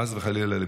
חס וחלילה.